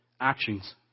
actions